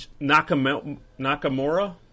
Nakamura